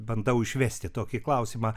bandau išvesti tokį klausimą